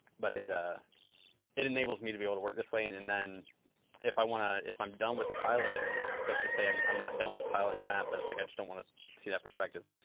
but it ah it enables me to be able to work this way. and and then if i want to, if i'm done with piloting and let's just say and i'm not done with piloting that, but it's like, i just don't want to see that perspective.